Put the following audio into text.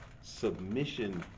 submission